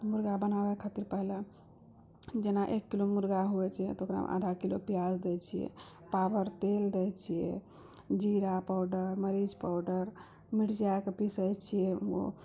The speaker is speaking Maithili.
मुर्गा बनाबय खातिर पहिले जेना एक किलो मुर्गा होइ छै तऽ ओकरा आधा किलो पियाज दै छियै पाव भरि तेल दै छियै जीरा पाउडर मरीच पाउडर मिरचाइके पिसय छियै